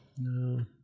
No